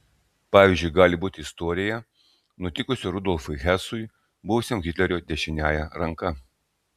pavyzdžiu gali būti istorija nutikusi rudolfui hesui buvusiam hitlerio dešiniąja ranka